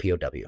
POW